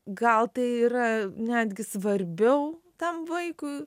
gal tai yra netgi svarbiau tam vaikui